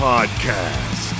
Podcast